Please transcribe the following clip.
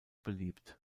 beliebt